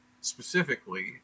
specifically